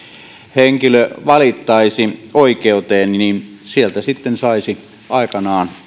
henkilö valittaisi oikeuteen niin sieltä sitten saisi aikanaan